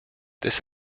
this